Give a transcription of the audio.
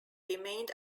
remained